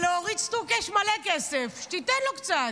אבל לאורית סטרוק יש מלא כסף, שתיתן לו קצת.